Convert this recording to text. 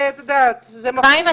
חיים,